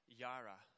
yara